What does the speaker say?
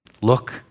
Look